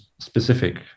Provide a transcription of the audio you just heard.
specific